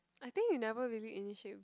I think you never really initiate